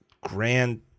grand